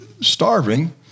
starving